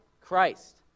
Christ